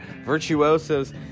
virtuosos